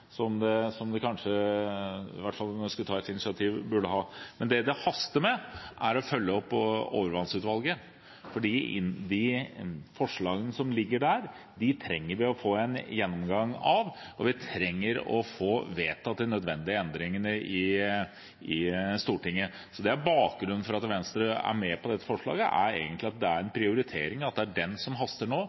som det, i hvert fall om vi skulle ta et initiativ, burde ha. Men det det haster med, er å følge opp overvannsutvalget, for de forslagene som ligger der, trenger vi å få en gjennomgang av, og vi trenger å få vedtatt de nødvendige endringene i Stortinget. Så bakgrunnen for at Venstre er med på forslaget, er egentlig at det er en prioritering, at det er det som haster nå,